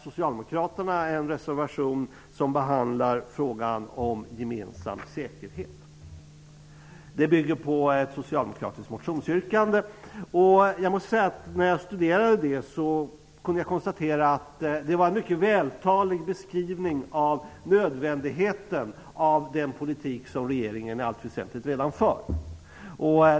Socialdemokraterna har en reservation som behandlar frågan om gemensam säkerhet. Reservationen bygger på ett socialdemokratiskt motionsyrkande. När jag studerade yrkandet kunde jag konstatera att det utgjorde en mycket vältalig beskrivning av nödvändigheten av den politik som regeringen i allt väsentligt redan för.